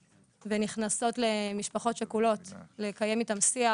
ונכנסות למשפחות שכולות לקיים איתן שיח,